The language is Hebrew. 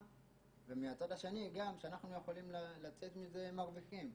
ומצד שני גם שאנחנו נוכל לצאת מזה מרוויחים.